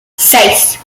seis